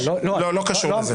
לא קשור לזה.